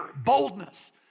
boldness